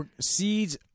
Seeds